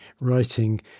Writing